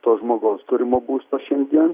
to žmogaus turimo būsto šiandien